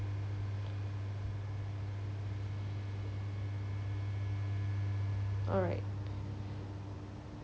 alright